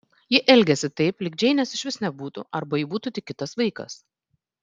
ji elgėsi taip lyg džeinės išvis nebūtų arba ji būtų tik kitas vaikas